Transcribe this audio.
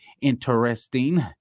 interesting